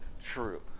true